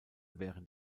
während